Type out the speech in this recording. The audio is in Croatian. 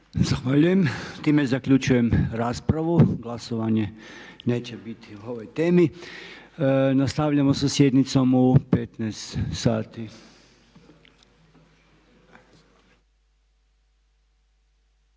Zahvaljujem. Time zaključujem raspravu. Glasovanje neće biti o ovoj temi. Nastavljamo sa sjednicom u 15 sati.